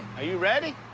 you ready?